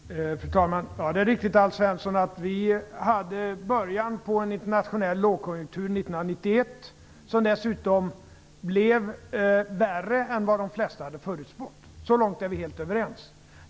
Fru talman! Det är riktigt att en internationell lågkonjunktur kom i början på 1991 som dessutom blev värre än vad de flesta hade förutspått. Så långt är vi överens, Alf Svensson.